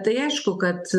tai aišku kad